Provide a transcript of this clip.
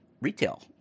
retail